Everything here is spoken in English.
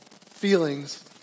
feelings